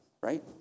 right